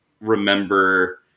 remember